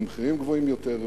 במחירים גבוהים יותר,